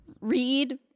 read